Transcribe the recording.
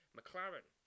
McLaren